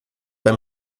beim